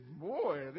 boy